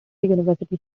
university